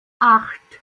acht